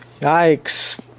Yikes